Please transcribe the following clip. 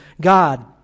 God